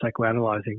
psychoanalyzing